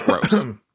gross